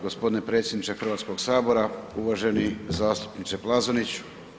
Gospodine predsjedniče Hrvatskog sabora, uvaženi zastupniče Plazonić.